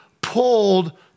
pulled